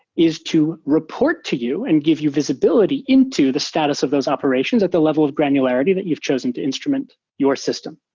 is to report to you and give you visibility into the status of those operations at the level of granularity that you've chosen to instrument your system.